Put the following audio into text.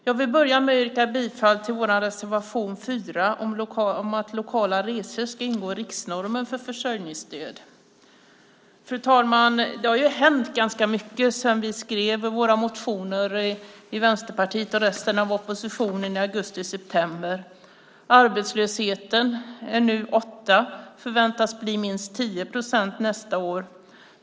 Jag vill börja med att yrka bifall till vår reservation 4 om att lokala resor ska ingå i riksnormen för försörjningsstöd. Fru talman! Det har hänt ganska mycket sedan vi skrev våra motioner från Vänsterpartiet och resten av oppositionen i augusti och september. Arbetslösheten är nu 8 procent och förväntas bli minst 10 procent nästa år.